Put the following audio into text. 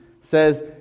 says